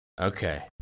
Okay